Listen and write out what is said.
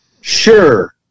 Sure